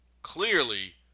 clearly